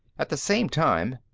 at the same time,